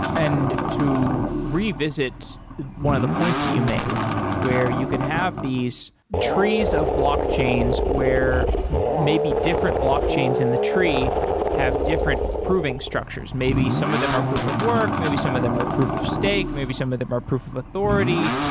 and to revisit one of the points that you made where you can have these trees of blockchains where may be different blockchains in the tree have different approving structures. maybe some of them are proof of work. maybe some of them are proof of stake. maybe some of them are proof of authority.